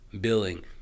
billing